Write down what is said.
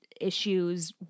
issues